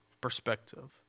perspective